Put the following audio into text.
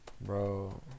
Bro